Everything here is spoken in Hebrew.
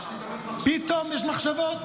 פתאום יש מחשבות.